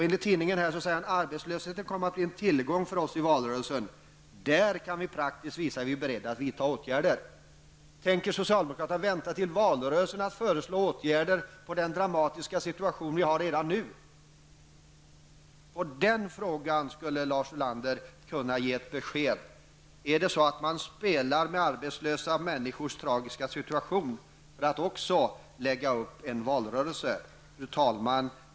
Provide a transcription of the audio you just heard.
Enligt tidningen säger Ingvar Carlsson att arbetslösheten kommer att bli en tillgång för socialdemokraterna i valrörelsen, eftersom de där praktiskt kan visa att de är beredda att vidta åtgärder. Tänker socialdemokraterna vänta till valrörelsen med att föreslå åtgärder mot den dramatiska situation som vi har redan nu? På den frågan skulle Lars Ulander kunna ge ett besked. Spelar socialdemokraterna med arbetslösa människors tragiska situation för att lägga upp en valrörelse? Fru talman!